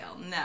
No